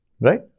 Right